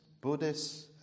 Buddhists